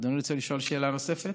אדוני רוצה לשאול שאלה נוספת?